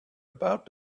about